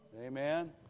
amen